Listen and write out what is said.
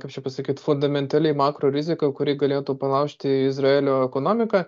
kaip čia pasakyt fundamentaliai makro rizika kuri galėtų palaužti izraelio ekonomiką